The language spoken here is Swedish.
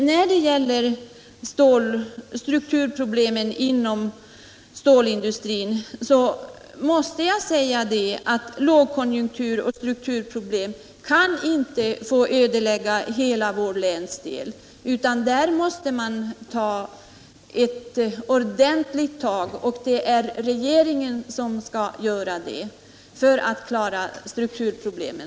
När det gäller strukturproblemen inom stålindustrin måste jag säga att lågkonjunktur och strukturproblem inte kan få ödelägga hela vår länsdel. Där måste tas ett ordentligt tag för att lösa strukturproblemen, och det är regeringen som skall göra det.